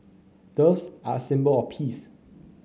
doves are a symbol of peace